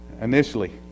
Initially